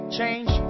change